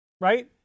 Right